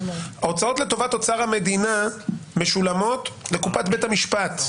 ההוצאות לטובת אוצר המדינה משולמות לקופת בית המשפט,